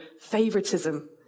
favoritism